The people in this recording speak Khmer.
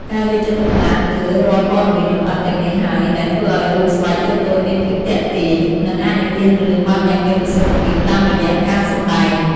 ការយកចិត្តទុកដាក់លើរាល់ព័ត៌មានលម្អិតទាំងនេះហើយ ដែលធ្វើឱ្យរូបស្បែកតូចៗមានភាពទាក់ទាញ និងអាចនិទានរឿងបានយ៉ាងមានប្រសិទ្ធភាពតាមរយៈការសម្ដែង។